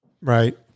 right